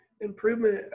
improvement